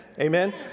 Amen